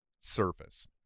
surface